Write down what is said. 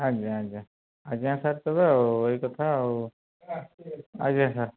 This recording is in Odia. ଆଜ୍ଞା ଆଜ୍ଞା ଆଜ୍ଞା ସାର୍ ତେବେ ଆଉ ଏଇ କଥା ଆଉ ଆଜ୍ଞା ସାର୍